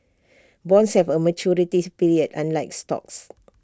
bonds have A maturities period unlike stocks